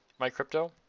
MyCrypto